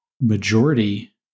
majority